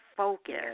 Focus